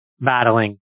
battling